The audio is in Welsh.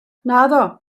naddo